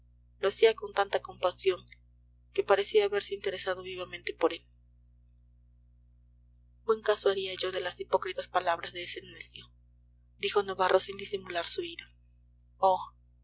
lo hacía con tanta compasión que parecía haberse interesado vivamente por él buen caso haría yo de las hipócritas palabras de ese necio dijo navarro sin disimular su ira oh